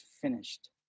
finished